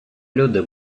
люди